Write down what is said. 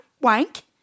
wank